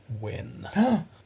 win